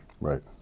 Right